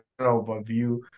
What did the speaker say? overview